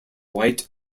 white